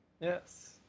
Yes